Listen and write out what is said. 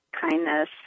kindness